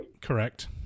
Correct